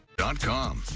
dot com.